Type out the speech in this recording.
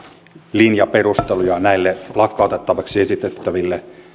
linjaperusteluja näille lakkautettavaksi esitettäville